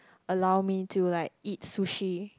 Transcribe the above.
allow me to like eat sushi